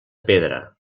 pedra